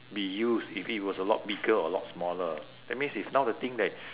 be used if it was a lot bigger or a lot smaller that means if now the thing that